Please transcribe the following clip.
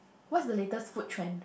what's the latest food trend